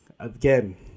Again